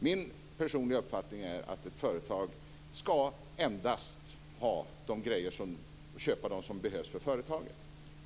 Min personliga uppfattning är att ett företag ska köpa endast grejer som behövs för företaget.